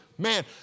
Man